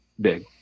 big